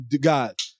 God